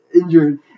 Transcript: injured